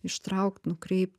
ištraukt nukreipt